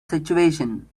situation